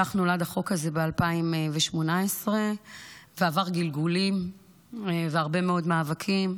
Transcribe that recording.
כך נולד החוק הזה ב-2018 ועבר גלגולים והרבה מאד מאבקים.